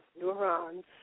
neurons